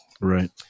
Right